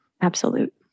absolute